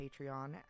Patreon